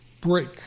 break